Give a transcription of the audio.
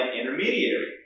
intermediary